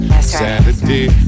Saturday